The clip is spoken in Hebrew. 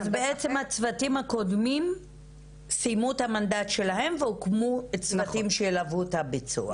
אז הצוותים הקודמים סיימו את המנדט שלהם והוקמו צוותים שילוו את הביצוע.